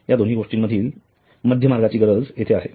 या दोन्ही मधील माध्यमार्गाची येथे गरज आहे